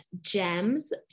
gems